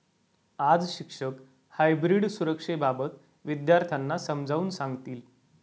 आज शिक्षक हायब्रीड सुरक्षेबाबत विद्यार्थ्यांना समजावून सांगतील